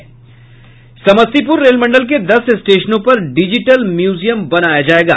समस्तीपुर रेल मंडल के दस स्टेशनों पर डिजिटल म्यूजियम बनाया जायेगा